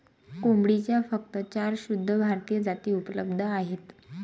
कोंबडीच्या फक्त चार शुद्ध भारतीय जाती उपलब्ध आहेत